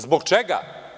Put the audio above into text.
Zbog čega?